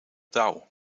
dauw